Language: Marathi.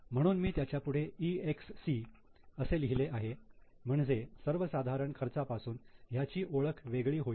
म्हणून मी त्याच्या पुढे 'EXC' असे लिहिले आहे म्हणजे सर्वसाधारण खर्चापासून ह्याची ओळख वेगळी होईल